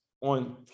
on